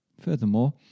Furthermore